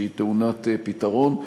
שהיא טעונת פתרון.